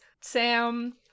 Sam